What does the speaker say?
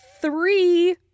three